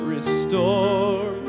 Restore